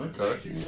Okay